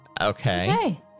Okay